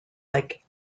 like